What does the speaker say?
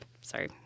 sorry